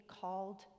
called